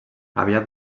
aviat